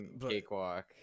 cakewalk